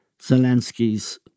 Zelensky's